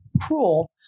cruel